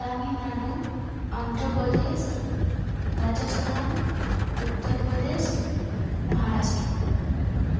Tamil Nadu Andhra Pradesh Rajasthan Uttar Pradesh Maharashtra